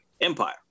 Empire